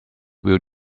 will